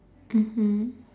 mmhmm